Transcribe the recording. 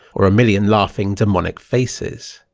or a million laughing, demonic faces.